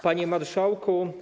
Panie Marszałku!